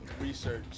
research